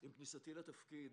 עם כניסתי לתפקיד